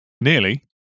Nearly